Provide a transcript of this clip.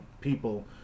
people